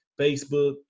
Facebook